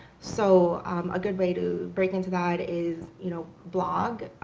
so a good way to break into that is you know blog.